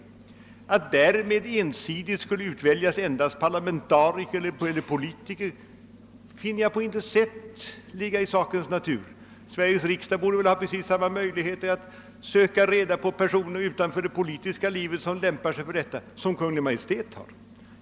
Jag finner det inte på något sätt ligga i sakens natur att därmed ensidigt skulle komma att utväljas bara parlamentariker eller politiker. Sveriges riksdag borde väl ha precis samma möjligheter som Kungl. Maj:t att söka reda på personer även utanför det politiska livet som lämpar sig för detta uppdrag. Herr talman!